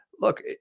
look